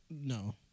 No